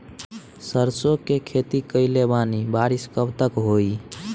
सरसों के खेती कईले बानी बारिश कब तक होई?